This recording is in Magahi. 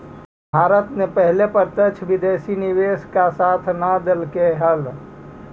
भारत ने पहले प्रत्यक्ष विदेशी निवेश का साथ न देलकइ हल